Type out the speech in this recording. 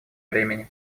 времени